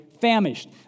famished